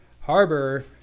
Harbor